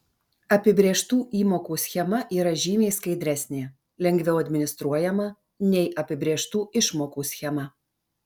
apibrėžtų įmokų schema yra žymiai skaidresnė lengviau administruojama nei apibrėžtų išmokų schema